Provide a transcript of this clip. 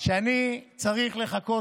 שאני צריך לחכות,